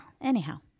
Anyhow